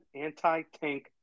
anti-tank